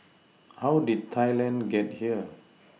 how did Thailand get here